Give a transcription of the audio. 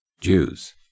Jews